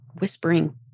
whispering